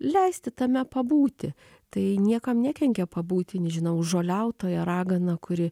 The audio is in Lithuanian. leisti tame pabūti tai niekam nekenkia pabūti nežinau žoliautoja ragana kuri